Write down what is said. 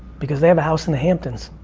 because they have a house in the hamptons.